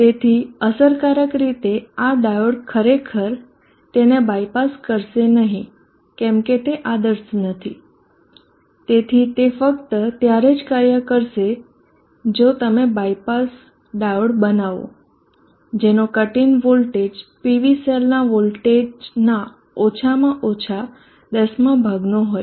તેથી અસરકારક રીતે આ ડાયોડ ખરેખર તેને બાયપાસ કરશે નહીં કેમ કે તે આદર્શ નથી તેથી તે ફક્ત ત્યારે જ કાર્ય કરશે જો તમે બાયપાસ ડાયોડ બનાવો જેનો કટ ઇન વોલ્ટેજ PV સેલના વોલ્ટેજનાં ઓછામાં ઓછો દસમા ભાગનો હોય